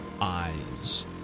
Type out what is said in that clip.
eyes